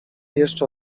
jeszcze